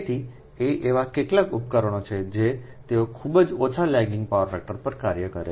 તેથી આ એવા કેટલાક ઉપકરણો છે જે તેઓ ખૂબ ઓછી લેગિંગ પાવર ફેક્ટરટર પર કાર્ય કરે છે